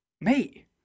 mate